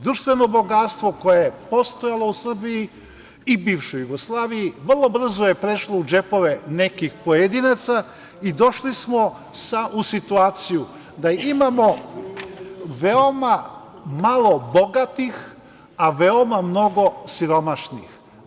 Društveno bogatstvo koje je postojalo u Srbiji i bivšoj Jugoslaviji vrlo brzo je prešlo u džepove nekih pojedinaca i došli smo u situaciju da imamo veoma malo bogatih, a veoma mnogo siromašnih.